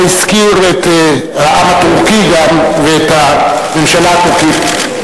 הזכיר גם את העם הטורקי והממשלה הטורקית.